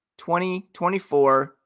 2024